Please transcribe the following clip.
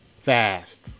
Fast